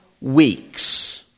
weeks